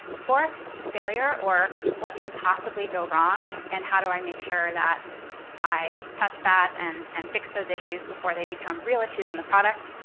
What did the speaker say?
fourth, failure, or what can possibly go wrong? and how do i make sure that i test that and and fix those issues before they become real issues in the product?